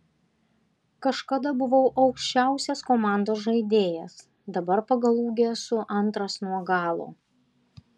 kažkada buvau aukščiausias komandos žaidėjas dabar pagal ūgį esu antras nuo galo